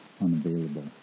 unavailable